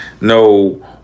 no